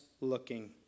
looking